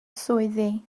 swyddi